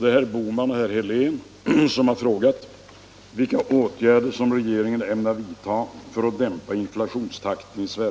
Herrar Bohman och Helén har frågat mig vilka åtgärder som regeringen ämnar vidta för att dämpa inflationstakten i Sverige.